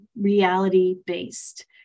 reality-based